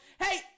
hey